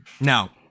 Now